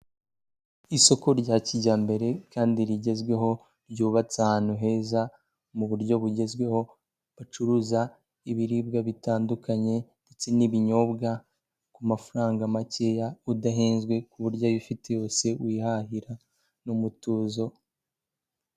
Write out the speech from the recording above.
Isoko rya kijyambere kandi rigezweho, ryubatse ahantu heza mu buryo bugezweho bacuruza ibiribwa bitandukanye ndetse n'ibinyobwa ku mafaranga makeya udahenzwe ku buryo ayo ufite yose wihahira n'umutuzo.